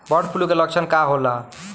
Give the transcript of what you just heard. Bird flu के लक्षण का होला?